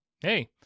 Hey